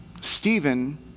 Stephen